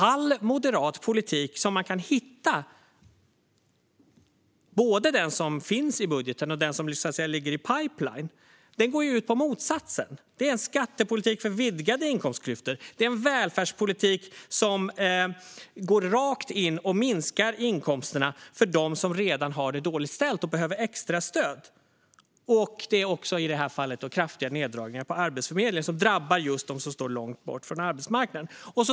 All moderat politik man kan hitta, både den som finns i budgeten och den som ligger i pipelinen, går ut på motsatsen. Det är skattepolitik för vidgade inkomstklyftor. Det är en välfärdspolitik som går rakt in och minskar inkomsterna för dem som redan har det dåligt ställt och behöver extra stöd. I det här fallet handlar det också om kraftiga nedskärningar på Arbetsförmedlingen, vilket drabbar just dem som står långt bort från arbetsmarknaden.